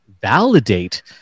validate